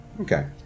Okay